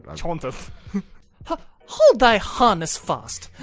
i sort of hah h-hold thy harness fast,